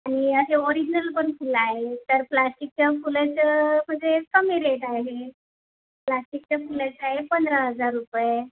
आणि असे ओरिजनल पण फुलं आहेत तर प्लॅस्टिकच्या फुलाचं म्हणजे कमी रेट आहे हे प्लॅस्टिकच्या फुलाचे आहे पंधरा हजार रुपये